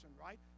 right